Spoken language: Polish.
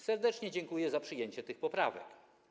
Serdecznie dziękuję za przyjęcie tych poprawek.